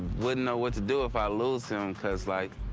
wouldn't know what to do if i lose him because, like